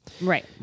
Right